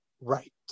right